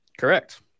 Correct